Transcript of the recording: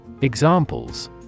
Examples